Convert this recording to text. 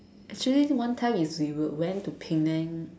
actually one time is we would went to Penang